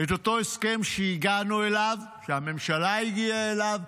את אותו הסכם שהגענו אליו, שהממשלה הגיעה אליו,